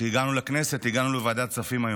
כשהגענו לכנסת, הגענו לוועדת כספים היום,